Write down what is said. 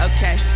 Okay